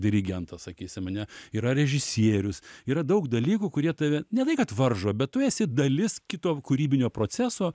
dirigentas sakysim ane yra režisierius yra daug dalykų kurie tave ne tai kad varžo bet tu esi dalis kito kūrybinio proceso